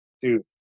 dude